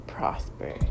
Prosper